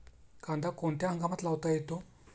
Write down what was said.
कांदा कोणत्या हंगामात लावता येतो?